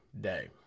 day